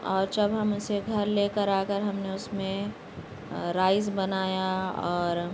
اور جب ہم اسے گھر لے کر آ کر ہم نے اس میں رائس بنایا اور